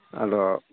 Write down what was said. ᱟᱫᱚ